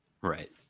Right